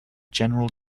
general